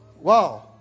Wow